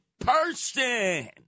person